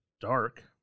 dark